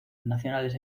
nacionales